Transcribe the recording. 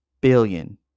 billion